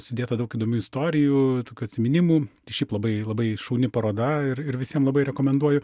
sudėta daug įdomių istorijų tokių atsiminimų šiaip labai labai šauni paroda ir ir visiem labai rekomenduoju